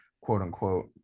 quote-unquote